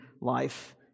life